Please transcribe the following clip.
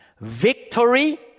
victory